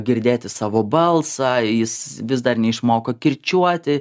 girdėti savo balsą jis vis dar neišmoko kirčiuoti